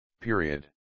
period